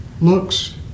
looks